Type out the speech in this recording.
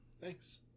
Thanks